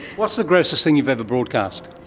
what's the grossest thing you've ever broadcast?